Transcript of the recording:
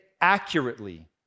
accurately